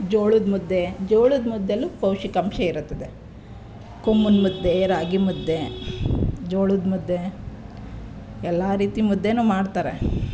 ಜೋಳದ ಮುದ್ದೆ ಜೋಳದ ಮುದ್ದೆಲೂ ಪೌಷ್ಟಿಕಾಂಶ ಇರುತ್ತದೆ ಕೊಮ್ಮುನ್ ಮುದ್ದೆ ರಾಗಿ ಮುದ್ದೆ ಜೋಳದ ಮುದ್ದೆ ಎಲ್ಲ ರೀತಿ ಮುದ್ದೆಯೂ ಮಾಡ್ತಾರೆ